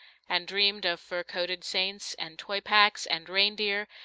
and dreamed of fur-coated saints and toy-packs and reindeer,